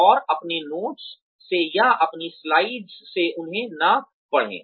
और अपने नोट्स से या अपनी स्लाइड्स से उन्हें न पढ़ें